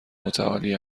متعالی